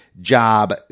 job